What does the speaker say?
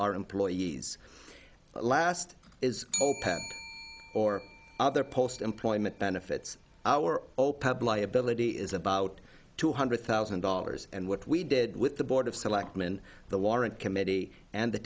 our employees last is or other post employment benefits or liability is about two hundred thousand dollars and what we did with the board of selectmen the warrant committee and the